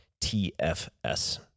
TFS